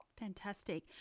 Fantastic